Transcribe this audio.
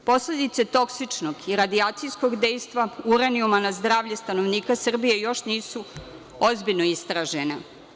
Posledice toksičnog i radijacijskog dejstva uranijuma na zdravlje stanovnika Srbije još nisu ozbiljno istražena.